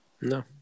No